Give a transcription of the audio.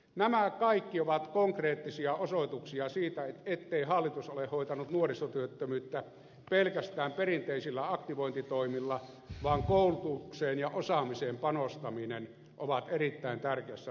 nämä kaikki ovat konkreettisia osoituksia siitä ettei hallitus ole hoitanut nuorisotyöttömyyttä pelkästään perinteisillä aktivointitoimilla vaan koulutukseen ja osaamiseen panostaminen ovat erittäin tärkeässä roolissa